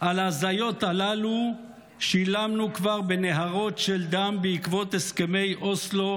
על ההזיות הללו שילמנו כבר בנהרות של דם בעקבות הסכמי אוסלו,